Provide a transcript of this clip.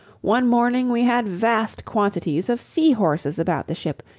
one morning we had vast quantities of sea-horses about the ship,